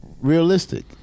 realistic